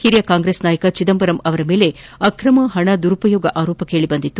ಹಿರಿಯ ಕಾಂಗ್ರೆಸ್ ನಾಯಕ ಚಿದಂಬರಂ ಅವರ ಮೇಲೆ ಅಕ್ರಮ ಹಣ ದುರ್ಬಳಕೆ ಆರೋಪ ಕೇಳಿಬಂದಿತ್ತು